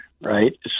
right